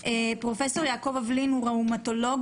פרופ' יעקב אבלין הוא ראומטולוג,